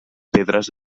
pedres